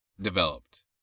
developed